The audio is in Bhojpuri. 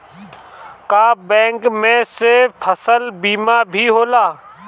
का बैंक में से फसल बीमा भी होला?